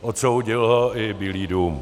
Odsoudil je i Bílý dům.